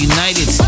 United